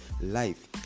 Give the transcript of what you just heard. life